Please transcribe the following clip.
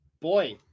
boy